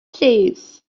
cheese